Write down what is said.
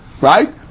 Right